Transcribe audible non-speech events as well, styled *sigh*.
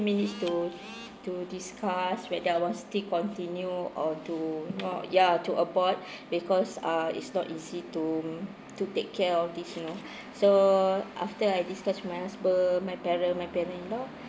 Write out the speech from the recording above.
minutes to to discuss whether I want still continue or to you know ya to abort *breath* because ah is not easy to to take care of this you know so after I discussed with my husband my parent my parent in law